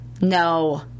No